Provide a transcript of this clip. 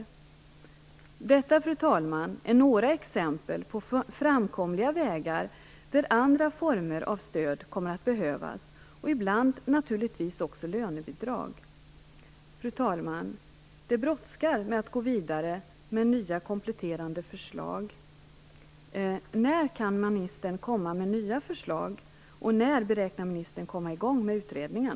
Detta, fru talman, är några exempel på framkomliga vägar där andra former av stöd kommer att behövas, ibland naturligtvis också lönebidrag. Fru talman! Det brådskar att gå vidare med nya kompletterande förslag. När kan ministern komma med nya förslag, och när beräknar ministern komma i gång med utredningen?